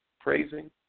praising